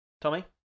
Tommy